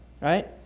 right